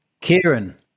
Kieran